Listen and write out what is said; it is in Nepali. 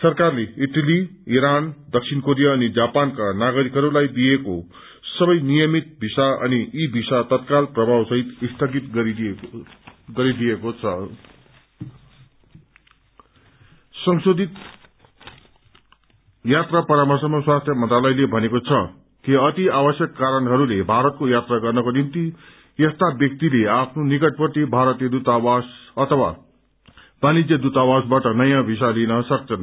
सरकारले ईटली ईरान दक्षिण कोरिया अनि जापानका नागरिकहरूलाई दिएको सबै नियमित भीसा अनि ई भीसा तत्काल प्रभाव सहित स्थगित संशोधित यात्रा परामर्शमा स्वास्थ्य मन्त्रालयले भनेको छ कि अति आवश्यक कारणहरूले भारतको यात्रा गर्नको निम्ति यस्ता व्यक्तिले आफ्नो निकटवर्ती भारतीय दूतावास अथवा वाणिज्य दूतावासबाट नयाँ भीसा लिन सक्छन्